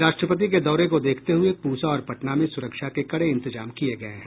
राष्ट्रपति के दौरे को देखते हुए पूसा और पटना में सुरक्षा के कड़े इंतजाम किये गये हैं